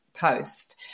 post